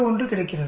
01 கிடைக்கிறது